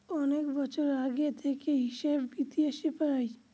অনেক বছর আগে থেকে হিসাব ইতিহাস পায়